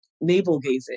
navel-gazing